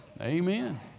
Amen